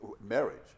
marriage